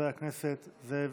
השר זאב